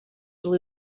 deep